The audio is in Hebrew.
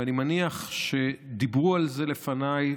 ואני מניח שדיברו על זה לפניי,